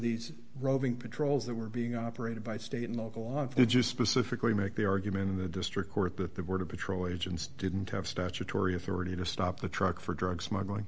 these roving patrols that were being operated by state and local on food you specifically make the argument in the district court that the border patrol agents didn't have statutory authority to stop a truck for drug smuggling